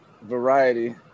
variety